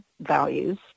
values